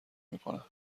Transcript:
میکنم